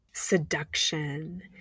seduction